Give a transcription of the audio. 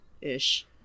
ish